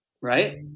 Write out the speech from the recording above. Right